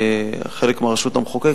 אני בעד השקעה במצוינות,